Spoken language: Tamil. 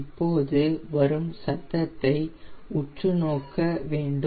இப்போது வரும் சத்தத்தை உற்றுநோக்க வேண்டும்